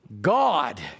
God